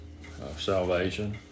salvation